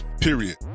period